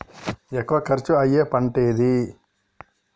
ఎక్కువ ఖర్చు అయ్యే పంటేది?